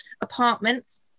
apartments